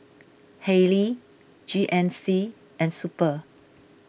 Haylee G N C and Super